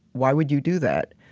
why would you do that?